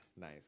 Nice